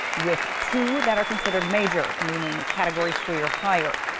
with two that are considered major meaning category three or higher.